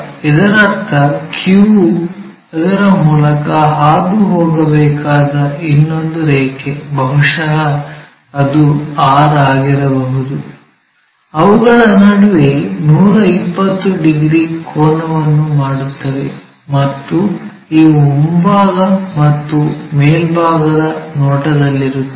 ಇದರರ್ಥ Q ಯ ಮೂಲಕ ಹಾದುಹೋಗಬೇಕಾದ ಇನ್ನೊಂದು ರೇಖೆ ಬಹುಶಃ ಅದು R ಆಗಿರಬಹುದು ಅವುಗಳ ನಡುವೆ 120 ಡಿಗ್ರಿ ಕೋನವನ್ನು ಮಾಡುತ್ತವೆ ಮತ್ತು ಇವು ಮುಂಭಾಗ ಮತ್ತು ಮೇಲ್ಭಾಗದ ನೋಟದಲ್ಲಿರುತ್ತವೆ